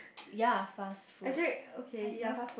ya fast food I love